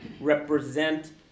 represent